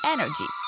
Energy